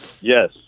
Yes